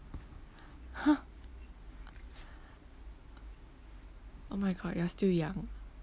!huh! oh my god you are still young